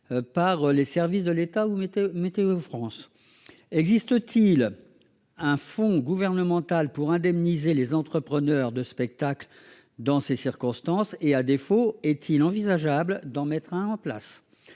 des services de l'État ou de Météo-France ? Existe-t-il un fonds gouvernemental pour indemniser les entrepreneurs de spectacle dans ces circonstances et, à défaut, est-il envisageable d'en créer un ? La